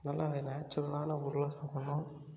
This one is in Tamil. நல்லா அது நேச்சுரலான பொருளாக சாப்பிட்ணும்